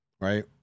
right